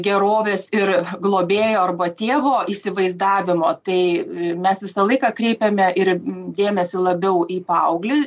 gerovės ir globėjo arba tėvo įsivaizdavimo tai mes visą laiką kreipiame ir dėmesį labiau į paauglį